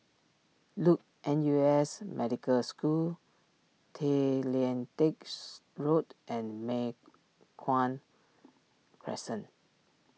Luke N U S Medical School Tay Lian Teck Road and Mei Hwan Crescent